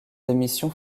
émissions